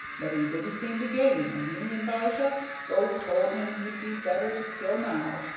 but he didn't seem to gain, and me and bijah both told him he'd be better to kill now,